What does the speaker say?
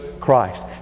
christ